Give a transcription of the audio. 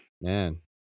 man